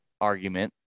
argument